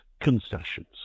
concessions